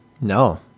No